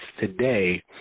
today